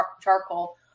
charcoal